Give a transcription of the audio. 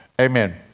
amen